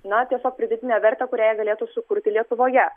na tiesiog pridėtinę vertę kurią jie galėtų sukurti lietuvoje